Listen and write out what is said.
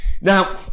Now